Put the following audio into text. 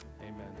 Amen